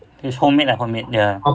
it's homemade ah homemade ya